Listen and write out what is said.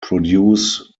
produce